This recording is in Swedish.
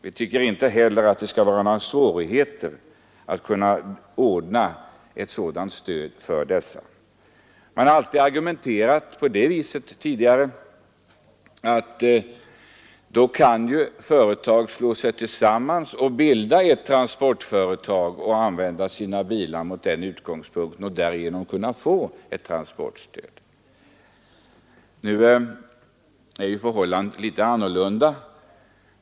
Vi tycker också att det inte skall behöva vara några svårigheter att ordna ett sådant stöd. Man har alltid tidigare argumenterat på det viset att företag borde slå sig tillsammans och bilda ett transportföretag för att därigenom kunna få transportstöd. Nu är förhållandena annorlunda.